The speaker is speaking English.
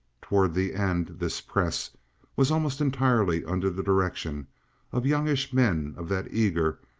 towards the end this press was almost entirely under the direction of youngish men of that eager,